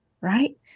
right